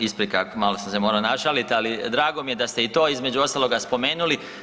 Isprika, malo sam se morao našalit, ali drago mi je da ste i to između ostaloga spomenuli.